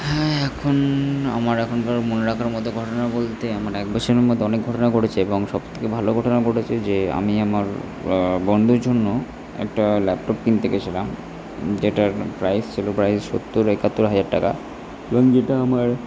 হ্যাঁ এখন আমার এখনকার মনে রাখার মতো ঘটনা বলতে আমার এক বছরের মধ্যে অনেক ঘটনা ঘটেছে এবং সব থেকে ভালো ঘটনা ঘটেছে যে আমি আমার বন্ধুর জন্য একটা ল্যাপটপ কিনতে গেছিলাম যেটার প্রাইস ছিলো প্রায় সত্তর একাত্তর হাজার টাকা এবং যেটা আমার